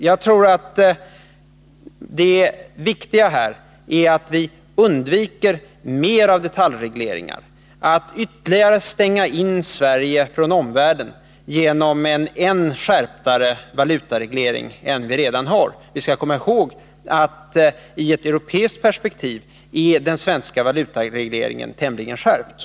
Jag tror att det viktiga är att vi undviker mera av detaljregleringar, att ytterligare utestänga Sverige från omvärlden genom en ännu mera skärpt valutareglering än den som vi redan har. Vi skall komma ihåg att den svenska valutaregleringen efter europeiska mått är tämligen sträng.